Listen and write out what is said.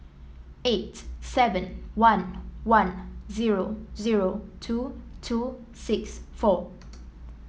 eight seven one one zero zero two two six four